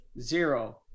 zero